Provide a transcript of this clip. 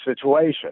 situation